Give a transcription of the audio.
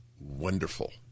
Wonderful